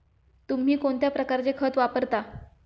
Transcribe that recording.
तुम्ही कोणत्या प्रकारचे खत वापरता?